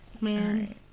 man